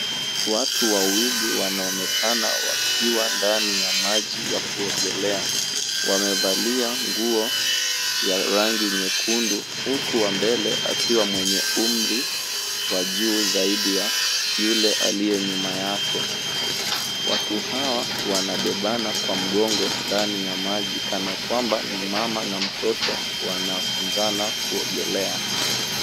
Watu wawili wanaonekana wakiwa ndani ya maji ya kuogelea. Wamevalia nguo ya rangi nyekundu huku wa mbele akiwa mwenye umri wa juu zaidi ya yule aliye nyuma yake. Watu hawa wanabebana kwa mgongo ndani ya maji kana kwamba ni mama na mtoto wanafunzana kuogelea.